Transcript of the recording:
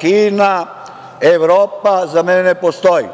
Kina, Evropa za mene ne postoji.